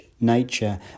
nature